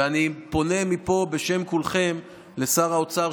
ואני פונה מפה בשם כולכם לשר האוצר,